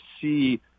see